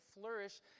flourish